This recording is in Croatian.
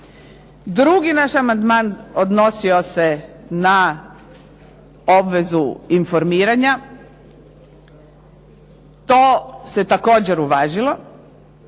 Drugi naš amandman odnosi se na obvezu informiranja. To se također uvažilo.